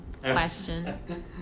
question